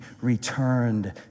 returned